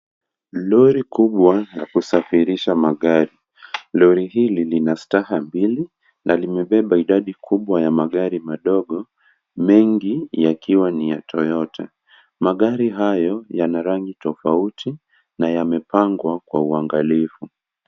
Lori kubwa la kusafirisha magari, lori hili lina staha mbili na limebeba idadi kubwa ya magari madogo mengi yakiwa ni ya Toyota, magari hayo yana rangi tofauti na yamepangwa kwa uangalifu.